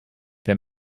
wer